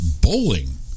bowling